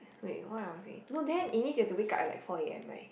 wait why I'm asking no then it means you've to wake up at like four A_M right